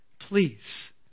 please